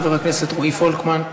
חבר הכנסת רועי פולקמן,